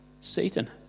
Satan